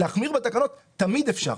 להחמיר בתקנות תמיד אפשר.